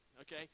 Okay